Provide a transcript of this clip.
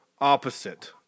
opposite